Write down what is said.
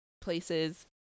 places